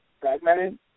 fragmented